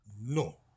No